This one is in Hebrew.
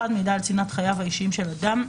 (1)מידע על צנעת חייו האישיים של אדם,